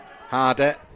Harder